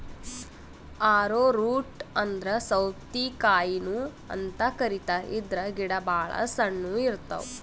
ಆರೊ root ಅಂದ್ರ ಸೌತಿಕಾಯಿನು ಅಂತ್ ಕರಿತಾರ್ ಇದ್ರ್ ಗಿಡ ಭಾಳ್ ಸಣ್ಣು ಇರ್ತವ್